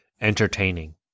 entertaining